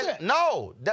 No